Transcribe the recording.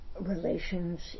relations